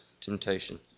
temptation